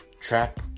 Trap